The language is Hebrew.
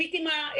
מספיק עם השיקולים.